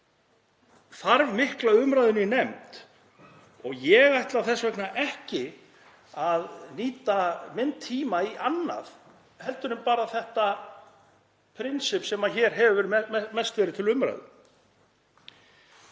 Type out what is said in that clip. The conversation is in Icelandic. þarf mikla umræðu í nefnd. Ég ætla þess vegna ekki að nýta minn tíma í annað heldur en bara þetta prinsipp sem hér hefur mest verið til umræðu.